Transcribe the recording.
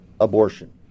abortion